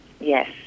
Yes